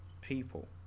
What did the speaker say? people